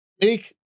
make